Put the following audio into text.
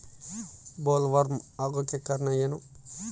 Bollworm ಆಗೋಕೆ ಕಾರಣ ಏನು?